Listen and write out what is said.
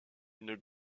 une